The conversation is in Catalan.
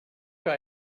que